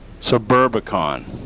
Suburbicon